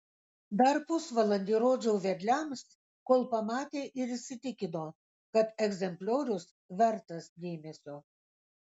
dar pusvalandį rodžiau vedliams kol pamatė ir įsitikino kad egzempliorius vertas dėmesio